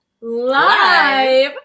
live